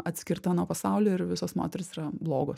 atskirta nuo pasaulio ir visos moterys yra blogos